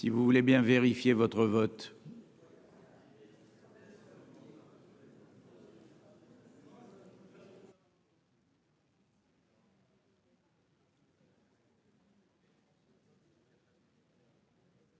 si vous voulez bien vérifier votre vote.